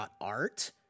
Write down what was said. .art